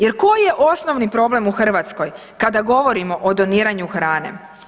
Jer koji je osnovni problem u Hrvatskoj kada govorimo o doniranju hrane?